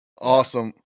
awesome